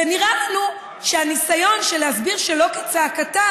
ונראה לנו שהניסיון של להסביר שלא כצעקתה